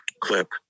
Clip